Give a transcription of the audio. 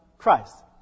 Christ